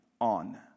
on